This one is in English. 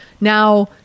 Now